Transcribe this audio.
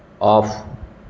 off